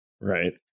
right